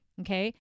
Okay